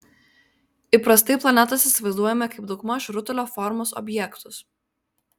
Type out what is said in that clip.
įprastai planetas įsivaizduojame kaip daugmaž rutulio formos objektus